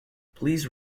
please